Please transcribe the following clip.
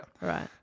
Right